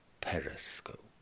periscope